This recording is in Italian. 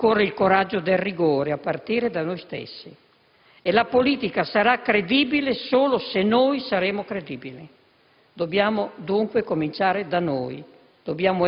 Occorre il coraggio del rigore, a partire da noi stessi e la politica sarà credibile solo se noi saremo credibili. Dobbiamo dunque cominciare da noi,